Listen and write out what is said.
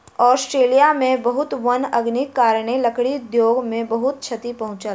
Australia में बहुत वन अग्निक कारणेँ, लकड़ी उद्योग के बहुत क्षति पहुँचल